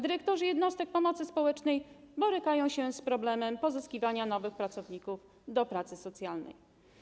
Dyrektorzy jednostek pomocy społecznej borykają się z problemem pozyskiwania nowych pracowników do pracy socjalnej.